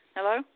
Hello